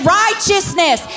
righteousness